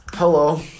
Hello